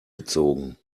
gezogen